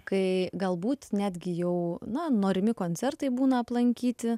kai galbūt netgi jau na norimi koncertai būna aplankyti